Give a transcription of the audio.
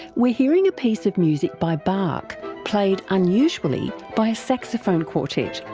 we're hearing a piece of music by bach played, unusually, by a saxophone quartet.